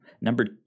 Number